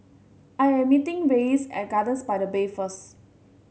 I am meeting Reyes at Gardens by the Bay first